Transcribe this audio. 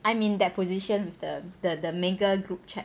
I'm in that position with the the mega group chat